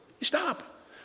stop